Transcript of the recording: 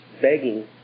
begging